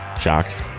shocked